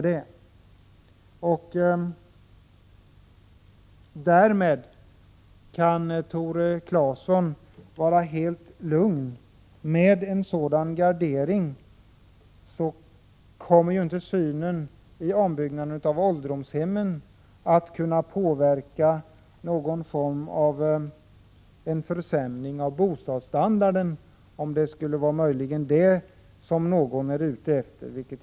Därmed kunde Tore Claeson vara helt lugnad. Med en sådan gardering kommer ju inte synen på ombyggnaden av ålderdomshemmen att på något sätt kunna leda till en försämring av bostadsstandarden, om någon möjligen befarar det.